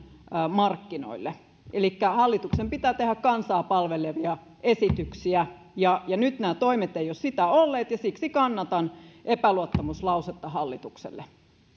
markkinoille elikkä hallituksen pitää tehdä kansaa palvelevia esityksiä ja nyt nämä toimet eivät ole sitä olleet ja siksi kannatan epäluottamuslausetta hallitukselle